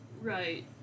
Right